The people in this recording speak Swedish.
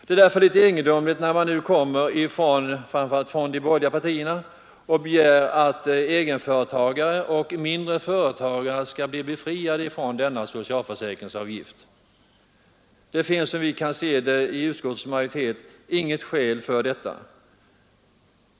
Därför är det litet egendomligt att framför allt de borgerliga partierna nu begär att egenföretagare och mindre företag skall befrias från denna socialförsäkringsavgift. Det finns, såvitt vi inom utskottsmajoriteten kan se, inget skäl för detta.